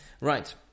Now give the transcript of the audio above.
right